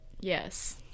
Yes